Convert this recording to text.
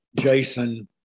Jason